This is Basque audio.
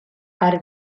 har